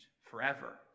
forever